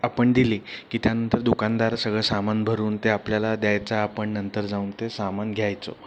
आपण दिली की त्यानंतर दुकानदार सगळं सामान भरून ते आपल्याला द्यायचा आपण नंतर जाऊन ते सामान घ्यायचो